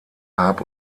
hab